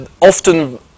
often